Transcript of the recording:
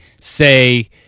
say